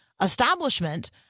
establishment